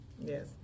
Yes